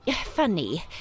funny